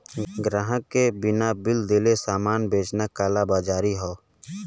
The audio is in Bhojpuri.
ग्राहक के बिना बिल देले सामान बेचना कालाबाज़ारी हौ